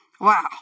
Wow